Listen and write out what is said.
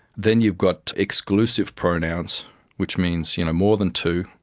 then you've got exclusive pronouns which means you know more than two,